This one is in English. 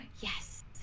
Yes